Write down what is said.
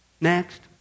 Next